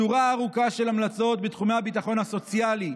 שורה ארוכה של המלצות בתחומי הביטחון הסוציאלי,